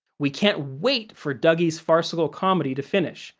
we can't wait for dougie's farcical comedy to finish.